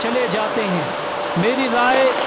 چلے جاتے ہیں میری رائے